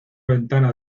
ventana